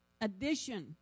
addition